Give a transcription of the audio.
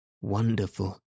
wonderful